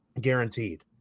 guaranteed